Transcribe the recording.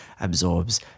absorbs